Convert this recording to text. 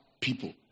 people